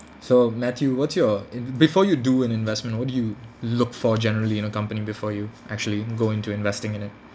so matthew what's your in~ before you do an investment what do you look for generally in a company before you actually go into investing in it